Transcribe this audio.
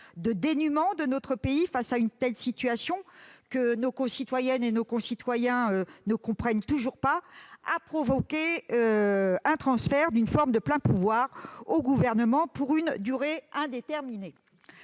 de dénuement de notre pays face à une telle situation, que nos concitoyennes et nos concitoyens ne comprennent toujours pas, a provoqué le transfert d'une forme de pleins pouvoirs au Gouvernement pour une durée indéterminée.